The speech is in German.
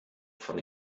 von